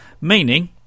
Meaning